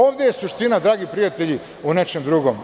Ovde je suština, dragi prijatelji, u nečem drugom.